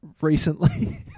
recently